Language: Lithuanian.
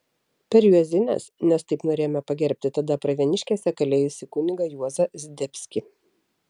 per juozines nes taip norėjome pagerbti tada pravieniškėse kalėjusi kunigą juozą zdebskį